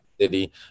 city